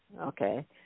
okay